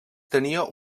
tenia